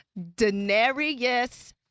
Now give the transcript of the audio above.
Daenerys